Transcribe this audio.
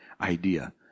idea